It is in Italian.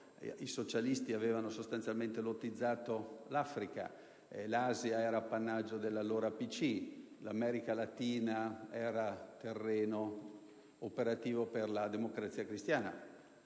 i socialisti avevano lottizzato l'Africa; l'Asia era appannaggio dell'allora PCI; l'America latina era terreno operativo per la Democrazia cristiana.